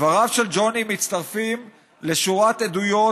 דבריו של ג'וני מתווספים לשורת עדויות